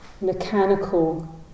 mechanical